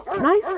Nice